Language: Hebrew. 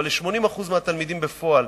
אבל ל-80% מהתלמידים בפועל